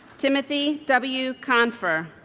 timothy w. confer